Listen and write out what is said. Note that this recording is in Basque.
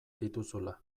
dituzula